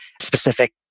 specific